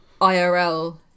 irl